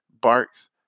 barks